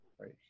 right